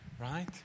right